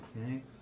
Okay